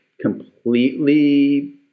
completely